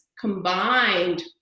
combined